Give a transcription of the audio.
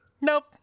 Nope